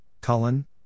Cullen